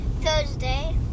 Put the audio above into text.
Thursday